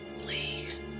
Please